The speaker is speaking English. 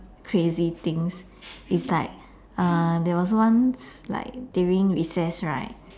crazy things is like uh there was once like during recess right